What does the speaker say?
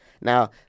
Now